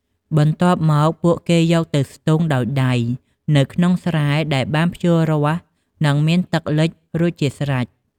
បន្ទាប់មក ពួកគេយកទៅ ស្ទូងដោយដៃ នៅក្នុងស្រែដែលបានភ្ជួររាស់ និងមានទឹកលិចរួចជាស្រេច។